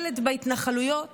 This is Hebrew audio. ילד בהתנחלויות